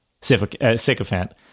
sycophant